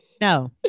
no